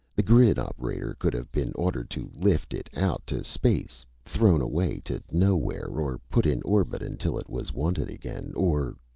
the grid operator could have been ordered to lift it out to space thrown away to nowhere, or put in orbit until it was wanted again, or.